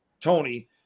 Tony